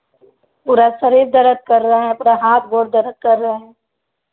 पूरा शरीर दर्द कर रहा है पूरा हाथ बहुत दर्द कर रहा है